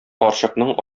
карчыкның